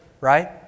Right